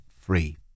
free